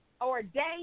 ordained